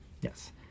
Yes